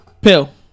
Pill